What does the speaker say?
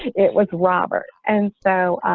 it was robert and so